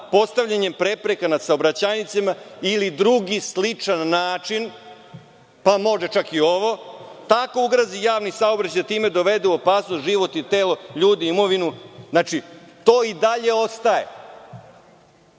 postavljanjem prepreka na saobraćajnicama ili drugi sličan način, pa može čak i ovo, tako ugrozi javni saobraćaj da time dovede u opasnost život i telo ljudi i imovinu, znači, to i dalje ostaje. Jedino